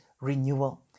renewal